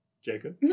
Jacob